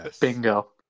Bingo